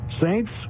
Saints